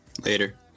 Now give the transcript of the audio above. Later